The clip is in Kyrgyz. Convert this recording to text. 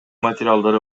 материалдары